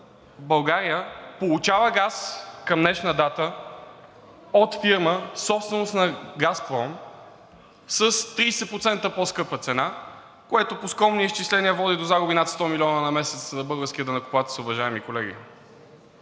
България получава газ към днешна дата от фирма – собственост на „Газпром“, с 30% по-скъпа цена, което по скромни изчисления води до загуби над 100 милиона на месец за българския данъкоплатец, уважаеми колеги.